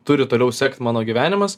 turi toliau sekt mano gyvenimas